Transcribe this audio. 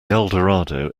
eldorado